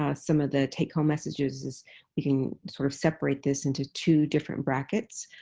ah some of the take-home messages, is we can sort of separate this into two different brackets.